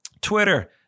Twitter